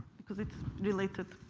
because it's related.